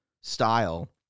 style